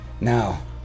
now